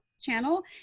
channel